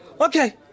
Okay